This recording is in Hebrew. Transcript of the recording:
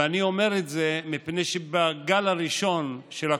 ואני אומר את זה מפני שבגל הראשון של הקורונה,